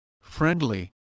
friendly